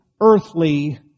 earthly